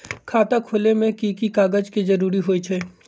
खाता खोले में कि की कागज के जरूरी होई छइ?